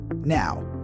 Now